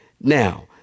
Now